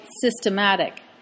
systematic